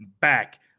back